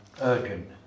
urgent